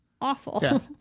awful